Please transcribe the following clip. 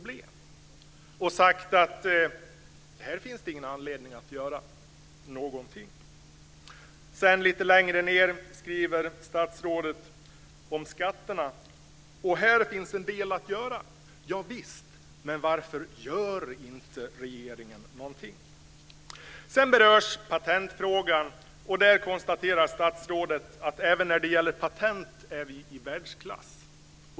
Det har sagts att det inte finns någon anledning att göra någonting. Vidare talar statsrådet om skatterna att det finns en del att göra. Ja visst, men varför gör inte regeringen någonting? Sedan berörs patentfrågan. Statsrådet konstaterar att vi när det gäller patent är i världsklass.